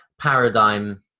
paradigm